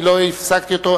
אני לא הפסקתי אותו,